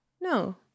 No